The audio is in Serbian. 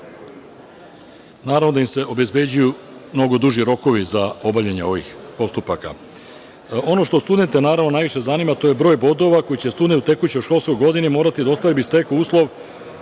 Naravno da im se obezbeđuju mnogo duži rokovi za obavljanje ovih postupaka. Ono što studente naravno najviše zanima, to je broj bodova koji će student u tekućoj školskoj godini morati da ostvari da bi stekao uslov